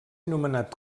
nomenat